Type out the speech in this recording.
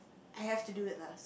I have to do it lah